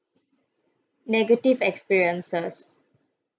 negative experiences